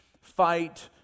fight